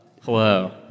Hello